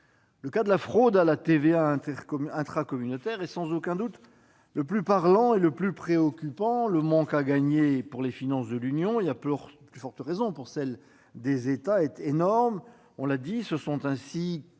Le cas de la fraude à la TVA intracommunautaire est sans aucun doute le plus parlant et le plus préoccupant. Le manque à gagner pour les finances de l'Union européenne, et à plus forte raison pour celles des États, est énorme. Ce sont ainsi